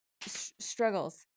struggles